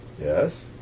Yes